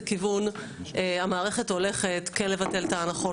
כיוון המערכת הולכת כן לבטל את ההנחות,